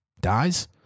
dies